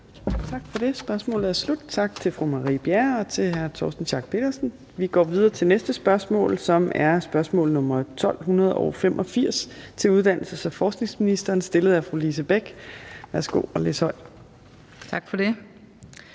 Torp): Spørgsmålet er slut. Tak til fru Marie Bjerre og til hr. Torsten Schack Pedersen. Vi går videre til næste spørgsmål, som er spørgsmål nr. S 1285 til uddannelses- og forskningsministeren og stillet af fru Lise Bech. Kl. 15:37 Spm. nr.